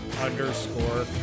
underscore